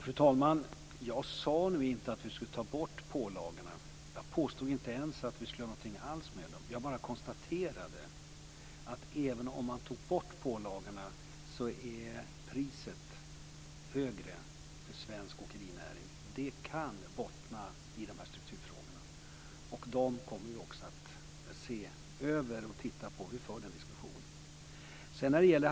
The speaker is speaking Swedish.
Fru talman! Jag sade inte att vi skulle ta bort pålagorna. Jag påstod inte ens att vi skulle göra någonting med dem. Jag konstaterade att även om man tog bort pålagorna är priset högre för svensk åkerinäring. Det kan bottna i strukturfrågorna. Dem kommer vi att se över, och vi för en diskussion.